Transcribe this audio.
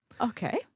Okay